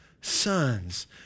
sons